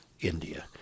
India